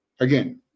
Again